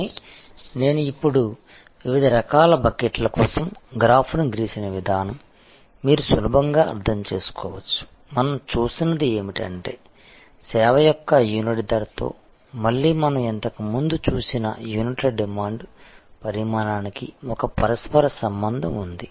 కానీ నేను ఇప్పుడు వివిధ రకాల బకెట్ల కోసం గ్రాఫ్ను గీసిన విధానం మీరు సులభంగా అర్థం చేసుకోవచ్చు మనం చూస్తున్నది ఏమిటంటే సేవ యొక్క యూనిట్ ధరతో మళ్ళీ మనం ఇంతకుముందు చూసిన యూనిట్ల డిమాండ్ పరిమాణానికి ఒక పరస్పర సంబంధం ఉంది